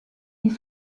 ils